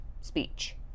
speech